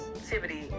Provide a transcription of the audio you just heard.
activity